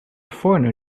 foreigner